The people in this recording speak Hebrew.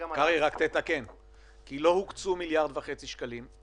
לא הוקצו מיליארד וחצי שקלים.